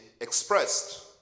expressed